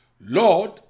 Lord